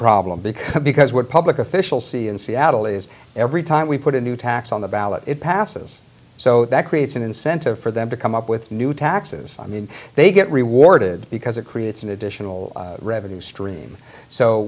problem because because what public official see in seattle is every time we put a new tax on the ballot it passes so that creates an incentive for them to come up with new taxes i mean they get rewarded because it creates an additional revenue stream so